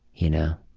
you know?